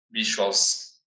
visuals